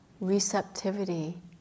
receptivity